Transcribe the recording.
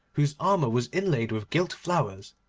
whose armour was inlaid with gilt flowers,